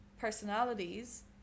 personalities